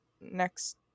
next